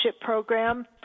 program